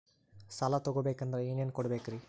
ಸಾಲ ತೊಗೋಬೇಕಂದ್ರ ಏನೇನ್ ಕೊಡಬೇಕ್ರಿ?